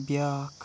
بیٛاکھ